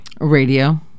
Radio